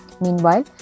Meanwhile